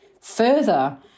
further